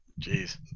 Jeez